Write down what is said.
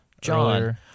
John